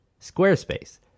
Squarespace